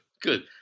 good